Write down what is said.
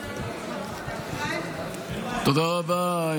תודה רבה.